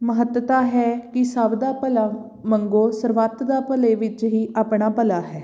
ਮਹੱਤਤਾ ਹੈ ਕਿ ਸਭ ਦਾ ਭਲਾ ਮੰਗੋ ਸਰਬੱਤ ਦਾ ਭਲੇ ਵਿੱਚ ਹੀ ਆਪਣਾ ਭਲਾ ਹੈ